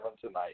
tonight